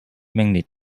mainly